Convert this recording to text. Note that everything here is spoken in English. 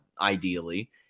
ideally